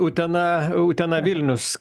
utena utena vilnius